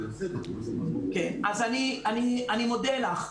אני מודה לך.